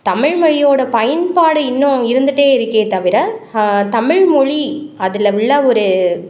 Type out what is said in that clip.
தமிழ்மொழியோடய பயன்பாடு இன்னும் இருந்துகிட்டே இருக்கே தவிர தமிழ்மொழி அதில் உள்ள ஒரு